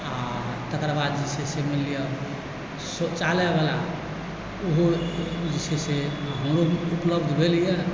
आओर तकर बाद जे छै से मानि लिअ शौचालयवला ओहो जे छै से हमरो उपलब्ध भेल यऽ